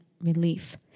relief